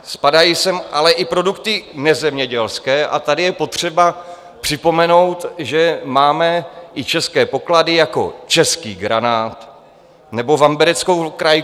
Spadají sem ale i produkty nezemědělské a tady je potřeba připomenout, že máme i české poklady jako český granát nebo vambereckou krajku.